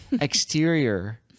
exterior